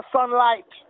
Sunlight